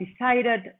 decided